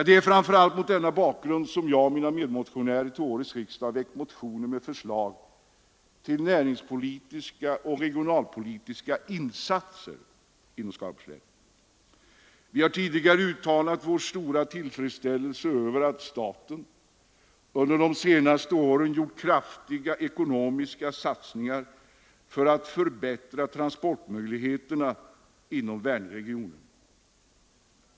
Det är framför allt mot denna bakgrund som jag och mina medmotionärer till årets riksdag väckt motioner med förslag till näringspolitiska och regionalpolitiska insatser inom Skaraborgs län. Vi har tidigare uttalat vår stora tillfredsställelse över att staten under de senaste åren gjort kraftiga ekonomiska satsningar för att förbättra transportmöjligheterna inom Vänerregionen.